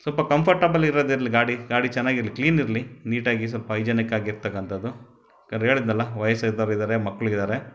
ಸ್ವಲ್ಪ ಕಂಫರ್ಟಬಲ್ ಇರದು ಇರಲಿ ಗಾಡಿ ಗಾಡಿ ಚೆನ್ನಾಗಿರ್ಲಿ ಕ್ಲೀನ್ ಇರಲಿ ನೀಟಾಗಿ ಸ್ವಲ್ಪ ಹೈಜೇನಿಕ್ ಆಗಿರತಕ್ಕಂಥದ್ದು ಯಾಕಂದ್ರೆ ಹೇಳಿದ್ದೆನಲ್ಲ ವಯಸ್ಸಾದೋರು ಇದ್ದಾರೆ ಮಕ್ಳು ಇದ್ದಾರೆ